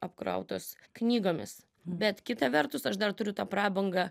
apkrautos knygomis bet kita vertus aš dar turiu tą prabangą